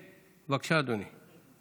בבקשה, אדוני.